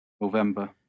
November